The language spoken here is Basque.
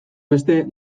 beste